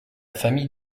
famille